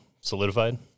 solidified